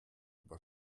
über